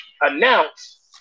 announce